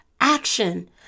action